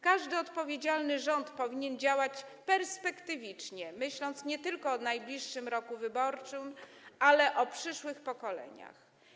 Każdy odpowiedzialny rząd powinien działać perspektywicznie, myśląc nie tylko o najbliższym roku wyborczym, ale o przyszłych pokoleniach.